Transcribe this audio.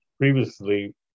previously